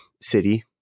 city